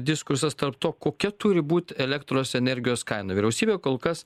diskursas tarp to kokia turi būt elektros energijos kaina vyriausybė kol kas